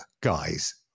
guys